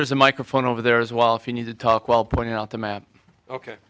there's a microphone over there as well if you need to talk while point out the map ok